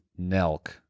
Nelk